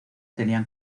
tenían